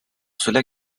cela